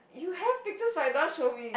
you have pictures but you don't want show me